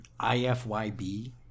ifyb